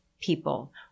people